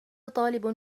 طالب